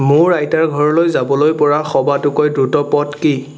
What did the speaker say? মোৰ আইতাৰ ঘৰলৈ যাবলৈ পৰা সবাতোকৈ দ্ৰুত পথ কি